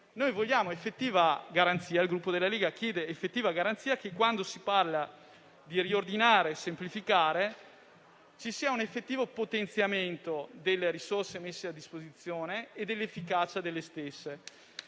Il Gruppo Lega chiede effettiva garanzia che, quando si parla di riordinare e semplificare, ci sia un effettivo potenziamento delle risorse messe a disposizione e della loro efficacia.